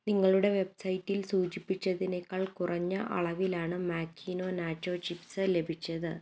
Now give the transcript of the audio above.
നിങ്ങളുടെ വെബ്സൈറ്റിൽ സൂചിപ്പിച്ചതിനേക്കാൾ കുറഞ്ഞ അളവിലാണ് മാക്കിനോ നാച്ചൊ ചിപ്സ്സ് ലഭിച്ചത്